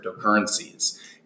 cryptocurrencies